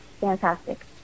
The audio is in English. fantastic